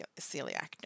celiac